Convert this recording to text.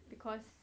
because